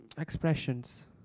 Expressions